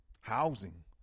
housing